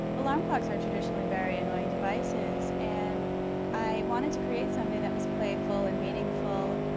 alarm clocks are traditionally very annoying devices, and i wanted to create something that was playful and meaningful,